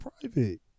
private